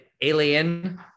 Alien